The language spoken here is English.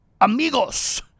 amigos